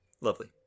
Lovely